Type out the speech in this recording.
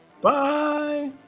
Bye